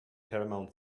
paramount